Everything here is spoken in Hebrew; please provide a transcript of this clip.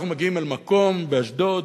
אנחנו מגיעים אל מקום באשדוד,